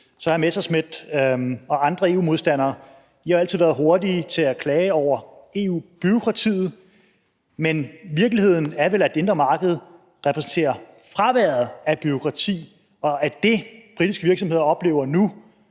Morten Messerschmidt og andre EU-modstandere altid været hurtige til at klage over EU-bureaukratiet, men virkeligheden er vel, at det indre marked repræsenterer fraværet af et bureaukrati, og at det, som britiske virksomheder oplever nu,